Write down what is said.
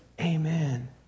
Amen